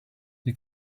you